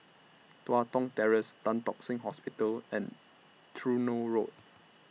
Tua Kong Terrace Tan Tock Seng Hospital and Truro Road